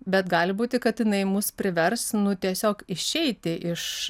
bet gali būti kad jinai mus privers nu tiesiog išeiti iš